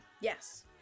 Yes